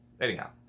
Anyhow